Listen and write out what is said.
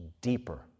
deeper